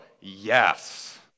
yes